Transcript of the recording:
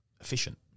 efficient